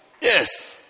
Yes